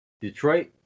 Detroit